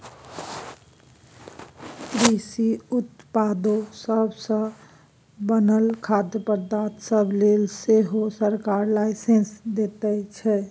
कृषि उत्पादो सब सँ बनल खाद्य पदार्थ सब लेल सेहो सरकार लाइसेंस दैत छै